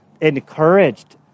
encouraged